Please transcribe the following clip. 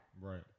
Right